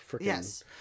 Yes